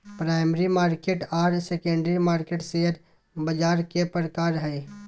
primary market आर secondary market share बाज़ार के प्रकार हइ